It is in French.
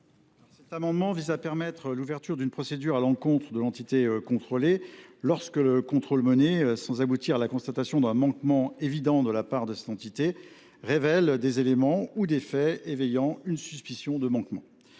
Cet amendement vise à permettre l’ouverture d’une procédure à l’encontre de l’entité contrôlée lorsque le contrôle mené, sans aboutir à la constatation d’un manquement évident de la part de cette entité, révèle des éléments ou des faits éveillant une suspicion de manquement.